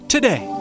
Today